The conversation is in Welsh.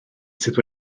sydd